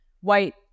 white